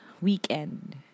weekend